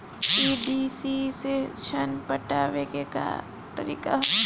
PDC से ऋण पटावे के का तरीका ह?